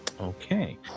Okay